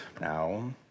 now